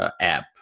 app